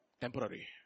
temporary